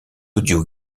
audio